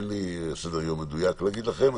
אין לי סדר-יום מדויק להגיד לכם.